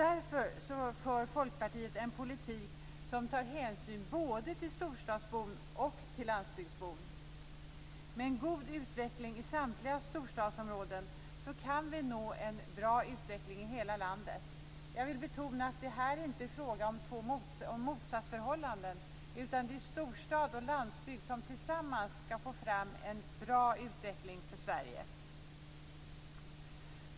Därför för Folkpartiet en politik som tar hänsyn både till storstadsbon och till landsbygdsbon. Med en god utveckling i samtliga storstadsområden kan vi nå en bra utveckling i hela landet. Jag vill betona att det här inte är fråga om något motsatsförhållande, utan det är storstad och landsbygd som tillsammans skall få fram en bra utveckling för Sverige.